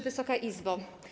Wysoka Izbo!